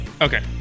Okay